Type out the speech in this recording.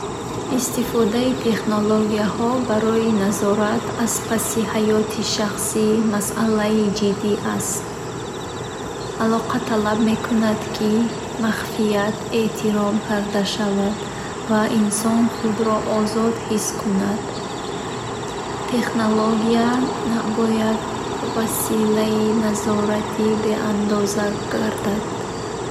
Истифодаи технологияҳо барои назорат аз паси ҳаёти шахсӣ масъалаи ҷиддии аст. Ахлоқ талаб мекунад, ки махфият эҳтиром карда шавад ва инсон худро озод ҳис кунад. Технология набояд василаи назорати беандоза гардад.